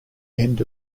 end